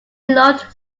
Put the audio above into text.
loved